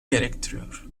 gerektiriyor